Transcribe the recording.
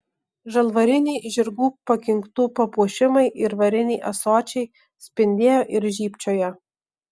žalvariniai žirgų pakinktų papuošimai ir variniai ąsočiai spindėjo ir žybčiojo